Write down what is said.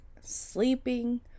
sleeping